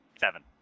Seven